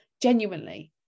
genuinely